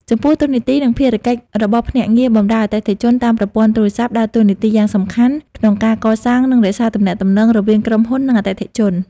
ចំពោះ តួនាទី និងភារកិច្ចរបស់ភ្នាក់ងារបម្រើអតិថិជនតាមប្រព័ន្ធទូរស័ព្ទ ដើរតួនាទីយ៉ាងសំខាន់ក្នុងការកសាង និងរក្សាទំនាក់ទំនងរវាងក្រុមហ៊ុន និងអតិថិជន។